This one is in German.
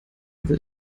will